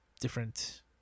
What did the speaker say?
different